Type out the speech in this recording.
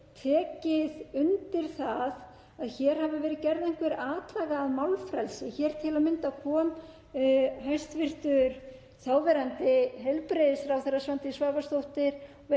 tekið undir það að hér hafi verið gerð einhver atlaga að málfrelsi. Til að mynda kom hæstv. þáverandi heilbrigðisráðherra, Svandís Svavarsdóttir,